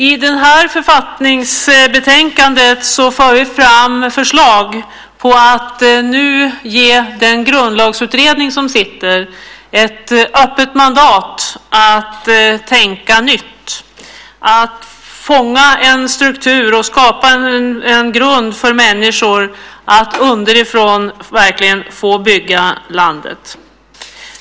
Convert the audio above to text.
I det här författningsbetänkandet för vi fram förslag om att nu ge den Grundlagsutredning som sitter ett öppet mandat att tänka nytt, att fånga en struktur och skapa en grund för människor att underifrån verkligen få bygga landet.